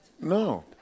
No